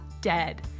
dead